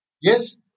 Yes